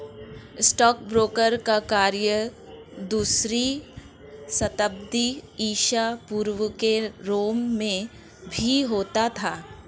stockbroker का कार्य दूसरी शताब्दी ईसा पूर्व के रोम में भी होता था